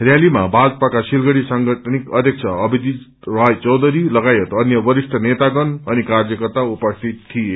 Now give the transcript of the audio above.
रयालीमा भाजपाका सिलगढ़ी सांगठनिक अध्यक्ष अभिजीत राय चौधरी लगायत अन्य वरिष्ठ नेतागण अनि कार्यकर्ता उपस्थित थिए